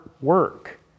work